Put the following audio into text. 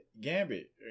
Gambit